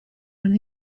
when